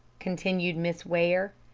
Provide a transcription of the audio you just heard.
continued miss ware.